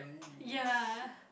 ya